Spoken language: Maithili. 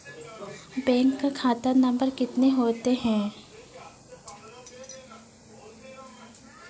बैंक का खाता नम्बर कितने होते हैं?